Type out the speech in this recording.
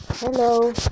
Hello